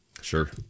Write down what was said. Sure